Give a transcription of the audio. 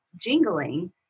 jingling